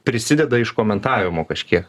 prisideda iš komentavimo kažkiek